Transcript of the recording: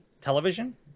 television